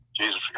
jesus